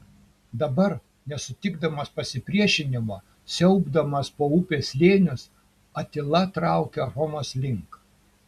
dabar nesutikdamas pasipriešinimo siaubdamas po upės slėnius atila traukia romos link